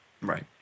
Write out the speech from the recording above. Right